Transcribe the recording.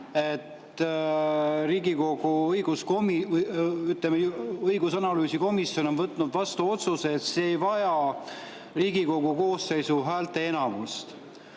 et Riigikogu õigusanalüüsi komisjon on võtnud vastu otsuse, et see [eelnõu] ei vaja Riigikogu koosseisu häälteenamust.